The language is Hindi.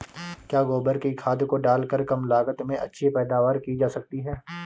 क्या गोबर की खाद को डालकर कम लागत में अच्छी पैदावारी की जा सकती है?